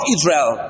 Israel